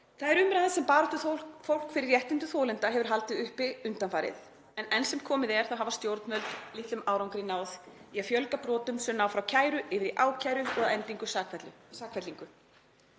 Það er umræða sem baráttufólk fyrir réttindum þolenda hefur haldið uppi undanfarið, en enn sem komið er hafa stjórnvöld litlum árangri náð í að fjölga brotum sem ná frá kæru yfir í ákæru og að endingu sakfellingu.